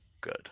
good